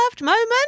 moment